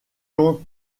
quand